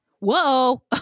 Whoa